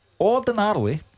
Ordinarily